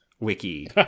wiki